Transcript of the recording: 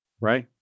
Right